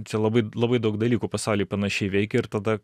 čia labai labai daug dalykų pasauly panašiai veikia ir tada